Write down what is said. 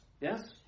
Yes